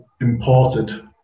imported